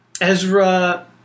Ezra